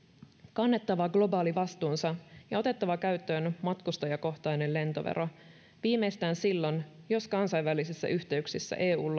kannettava globaali vastuunsa ja otettava käyttöön matkustajakohtainen lentovero viimeistään silloin jos kansainvälisissä yhteyksissä eun